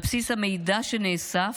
על בסיס המידע שנאסף,